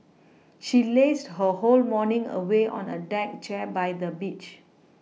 she lazed her whole morning away on a deck chair by the beach